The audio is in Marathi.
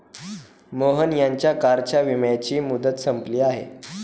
मोहन यांच्या कारच्या विम्याची मुदत संपली आहे